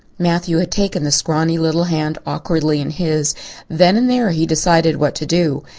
matthew had taken the scrawny little hand awkwardly in his then and there he decided what to do.